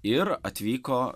ir atvyko